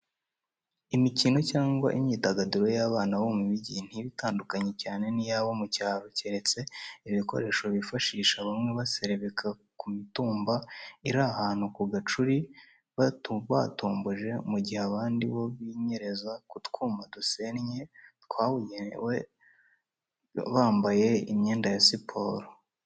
Imikino cyangwa imyidagaduro y'abana bo mu mujyi ntiba itandukanye cyane n'iy'abo mu cyaro, keretse ibikoresho bifashisha, bamwe baserebeka ku mitumba iri ahantu ku gacuri batumbuje, mu gihe abandi bo binyereza ku twuma dusennye twabugewe bambaye imyenda ya siporo.